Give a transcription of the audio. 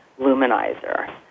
luminizer